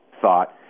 thought